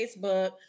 Facebook